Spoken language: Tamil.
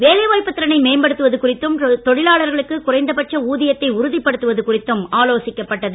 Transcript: வேலை வாய்ப்புத் திறனை மேம்படுத்துவது குறித்தும் தொழிலாளர்களுக்கு குறைந்தபட்ச ஊதியத்தை உறுதிப்படுத்துவது குறித்தும் ஆலோசிக்கப்பட்டது